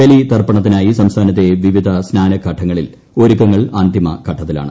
ബലിതർപ്പണത്തിനായി സംസ്ഥാനത്തെ വിവിധ സ്നാനഘട്ടങ്ങളിൽ ഒരുക്കങ്ങൾ പൂർത്തിയായി